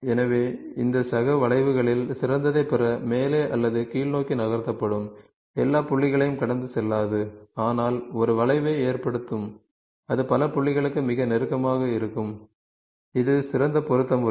எனவே இந்த சக வளைவுகளில் சிறந்ததைப் பெற மேலே அல்லது கீழ்நோக்கி நகர்த்தப்படும் எல்லா புள்ளிகளையும் கடந்து செல்லாது ஆனால் ஒரு வளைவை ஏற்படுத்தும் அது பல புள்ளிகளுக்கு மிக நெருக்கமாக இருக்கும் இது சிறந்த பொருத்த முறை